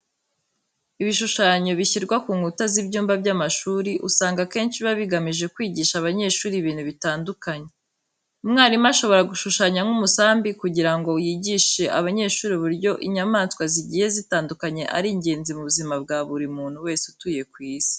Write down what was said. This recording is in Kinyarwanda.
Ibishushanyo bishyirwa ku nkuta z'ibyumba by'amashuri usanga akenshi biba bigamije kwigisha abanyeshuri ibintu bitandukanye. Umwarimu ashobora gushushanya nk'umusambi kugira ngo yigishe abanyeshuri uburyo inyamaswa zigiye zitandukanye ari ingenzi mu buzima bwa buri muntu wese utuye ku isi.